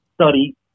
study